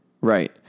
Right